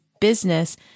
business